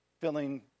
filling